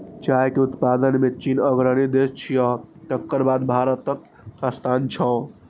चाय के उत्पादन मे चीन अग्रणी देश छियै, तकर बाद भारतक स्थान छै